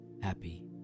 happy